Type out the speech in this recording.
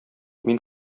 мин